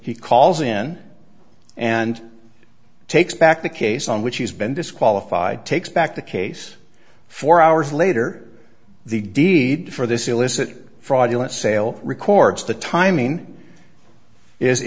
he calls in and takes back the case on which he's been disqualified takes back the case four hours later the deed for this illicit fraudulent sale records the timing is